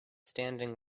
standing